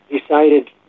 decided